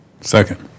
Second